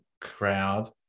crowd